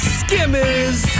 skimmers